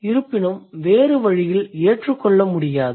இருப்பினும் வேறு வழியில் ஏற்றுக்கொள்ள முடியாது